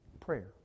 prayer